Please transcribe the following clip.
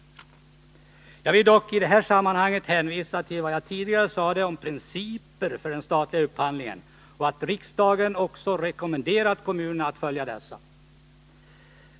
Jag vill dock i det här sammanhanget hänvisa till vad jag tidigare sade om principer för den statliga upphandlingen och att riksdagen också rekommenderat kommunerna att följa dessa.